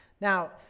now